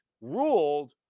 ruled